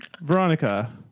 Veronica